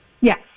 Yes